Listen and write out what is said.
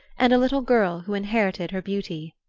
and a little girl who inherited her beauty.